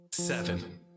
Seven